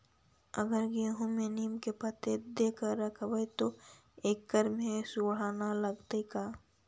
अगर गेहूं में नीम के पता देके यखबै त ओकरा में सुढि न लगतै का?